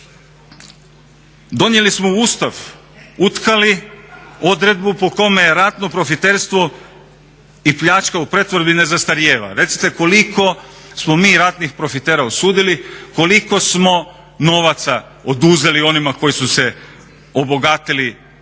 tome, donijeli smo Ustav, utkali odredbu po kome je ratno profiterstvo i pljačka u pretvorbi ne zastarijeva. Recite koliko smo mi ratnih profitera osudili, koliko smo novaca oduzeli onima koji su se obogatili na